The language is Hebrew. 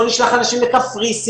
לא נשלח אנשים לקפריסין.